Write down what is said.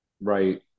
right